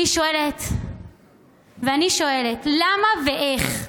ואני שואלת: למה ואיך?